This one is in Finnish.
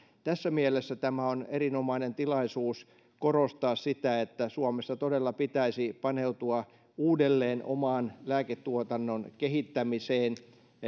tässä mielessä tämä on erinomainen tilaisuus korostaa sitä että suomessa todella pitäisi paneutua uudelleen oman lääketuotannon kehittämiseen